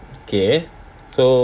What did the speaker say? K so